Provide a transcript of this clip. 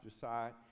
side